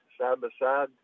side-by-side